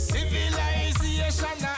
Civilization